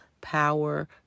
power